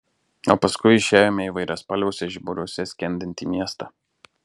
o paskui išėjome į įvairiaspalviuose žiburiuose skendintį miestą